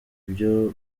ibyo